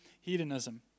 hedonism